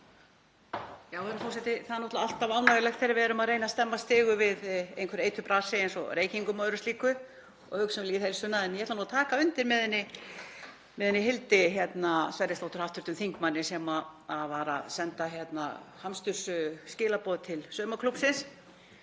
Það er alltaf ánægjulegt þegar við erum að reyna að stemma stigu við einhverju eiturbrasi eins og reykingum og öðru slíku og hugsa um lýðheilsuna. En ég ætla að taka undir með henni Hildi Sverrisdóttur, hv. þingmanni, sem var að senda hamstursskilaboð til saumaklúbbsins.